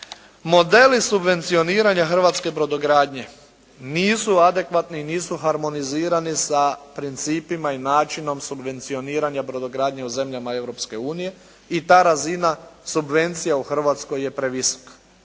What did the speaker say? modeli subvencioniranja hrvatske brodogradnje nisu adekvatni i nisu harmonizirani sa principima i načinom subvencioniranja brodogradnje u zemljama Europske unije i ta razina subvencije u Hrvatskoj je previsoka.